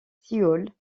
sioule